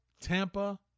Tampa